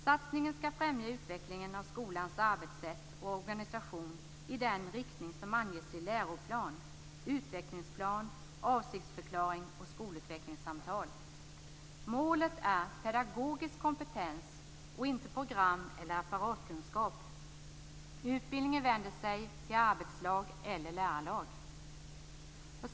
Satsningen skall främja utvecklingen av skolans arbetssätt och organisation i den riktning som anges i läroplan, utvecklingsplan, avsiktsförklaring och skolutvecklingssamtal. Målet är pedagogisk kompetens och inte program eller apparatkunskap. Utbildningen vänder sig till arbetslag eller lärarlag. 3.